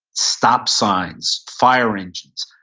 stop signs, fire engines,